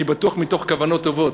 אני בטוח שמתוך כוונות טובות,